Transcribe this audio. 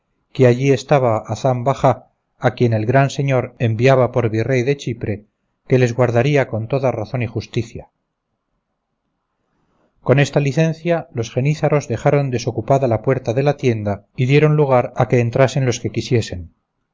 que allí estaba hazán bajá a quien el gran señor enviaba por virrey de chipre que les guardaría toda razón y justicia con esta licencia los jenízaros dejaron desocupada la puerta de la tienda y dieron lugar a que entrasen los que quisiesen